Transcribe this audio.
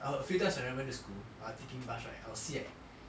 I will a few times I remember when I went to school when I taking bus right I will see